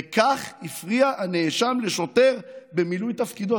ובכך הפריע הנאשם לשוטר במילוי תפקידו.